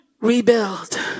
rebuild